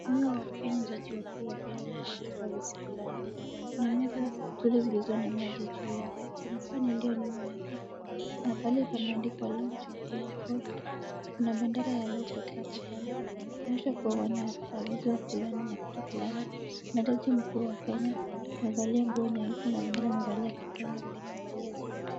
Wakenya, Jaji Mkuu wa Kenya, amekaa katika viti fulani. Kuna meza, stuli zilizo na maji juu yake. Kuna panel iliyo nyuma yake. Kuna pale pameandikwa launch of local courts . Kuna bendera ya local courts hapo kando. Inaonyesha kuwa wanaagizwa fulani na kitu fulani. Kuna Jaji Mkuu wa Kenya amevalia nguo nyeusi na mwingine amevalia kitenge, mwingine amevalia suti.